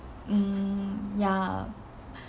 mm ya